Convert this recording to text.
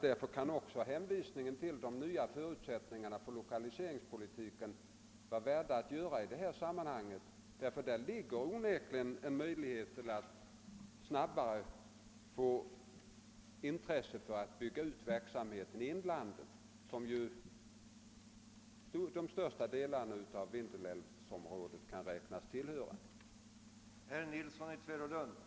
Därför kan också hänvisningen till de nya förutsättningarna för lokaliseringspolitiken vara värda att göra i detta sammanhang, ty där ligger onekligen en möjlighet att snabbare få intresse för att bygga ut verksamheten i inlandet, som ju största delarna av Vindelälvsområdet kan anses tillhöra.